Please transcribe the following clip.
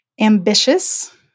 Ambitious